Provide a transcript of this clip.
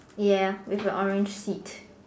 ya with her orange feet